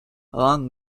along